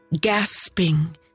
gasping